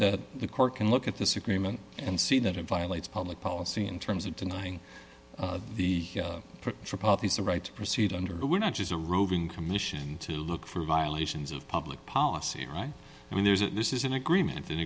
that the court can look at this agreement and see that it violates public policy in terms of denying the puppies the right to proceed under we're not just a roving commission to look for violations of public policy right i mean there's a this is an agreement in